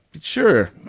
Sure